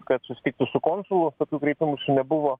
kad susitiktų su konsulu tokių kreipimųsi nebuvo